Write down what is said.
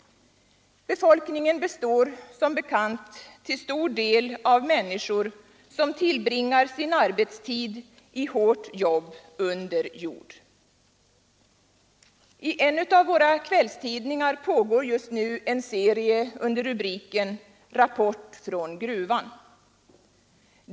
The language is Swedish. Befolkningen består som bekant till stor del av människor som tillbringar sin arbetstid i hårt jobb under jord. I en av våra kvällstidningar pågår just nu en serie under rubriken Rapport från gruvan.